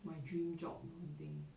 my dream job or something